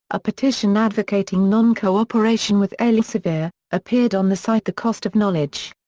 a petition advocating non-cooperation with elsevier, appeared on the site the cost of knowledge.